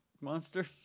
Monster